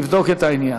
נבדוק את העניין.